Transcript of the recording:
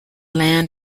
land